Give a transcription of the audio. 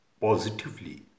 positively